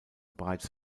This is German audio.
bereits